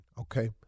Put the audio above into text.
Okay